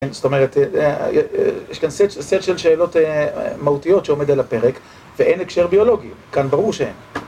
זאת אומרת, יש כאן סט של שאלות מהותיות שעומד על הפרק, ואין הקשר ביולוגי, כאן ברור שאין.